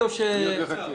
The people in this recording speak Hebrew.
ואת זה נעשה,